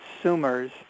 consumers